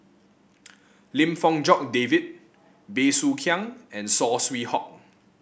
Lim Fong Jock David Bey Soo Khiang and Saw Swee Hock